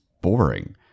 boring